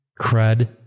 crud